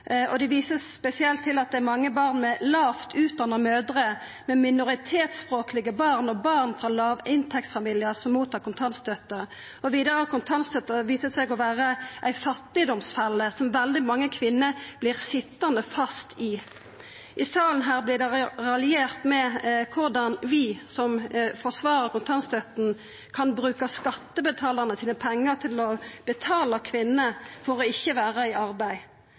og ein viser spesielt til at det er mange barn med lågt utdanna mødrer, minoritetsspråklege barn og barn frå låginntektsfamiliar som tar imot kontantstøtte, og, vidare, at kontantstøtta viser seg å vera ei fattigdomsfelle som veldig mange kvinner vert sitjande fast i. I salen her vert det raljert over korleis vi som forsvarar kontantstøtta, kan bruka pengane til skattebetalarane til å betala kvinnene for ikkje å vera i arbeid.